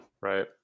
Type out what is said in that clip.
Right